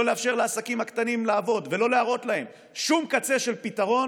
לא לאפשר לעסקים הקטנים לעבוד ולא להראות להם שום קצה של פתרון,